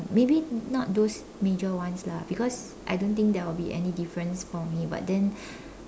maybe not those major ones lah because I don't think there will be any difference for me but then